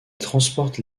transporte